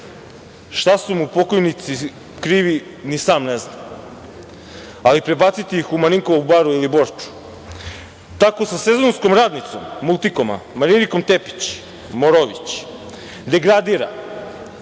Šta su mu pokojnici krivi, ni sam ne znam, ali prebaciti ih u Marinkovu baru ili Borču. Tako sa sezonskom radnicom „Multikoma“, Marinikom Tepić „Morović“, degradira